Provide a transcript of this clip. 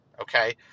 Okay